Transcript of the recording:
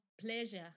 pleasure